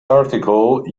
article